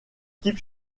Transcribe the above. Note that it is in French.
type